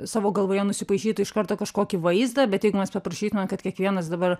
savo galvoje nusipaišytų iš karto kažkokį vaizdą bet jeigu mes paprašytumėm kad kiekvienas dabar